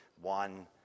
one